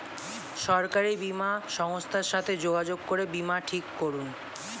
সরকারি বীমা সংস্থার সাথে যোগাযোগ করে বীমা ঠিক করুন